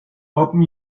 open